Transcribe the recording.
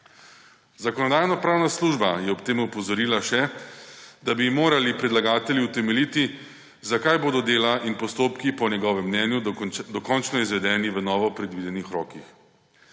Zakonodajno-pravna služba je ob tem opozorila še, da bi morali predlagatelji utemeljiti, zakaj bodo dela in postopki po njihovem mnenju dokončno izvedeni v na novo predvidenih rokih.